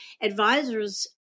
advisors